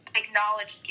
acknowledge